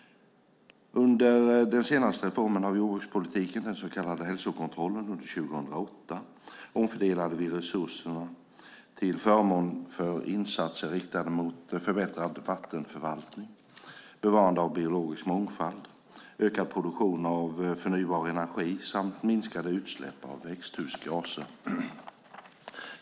Under den senaste reformen av jordbrukspolitiken, den så kallade hälsokontrollen under 2008, omfördelade vi resurserna till förmån för insatser riktade mot förbättrad vattenförvaltning, bevarande av biologisk mångfald, ökad produktion av förnybar energi samt minskade utsläpp av växthusgaser.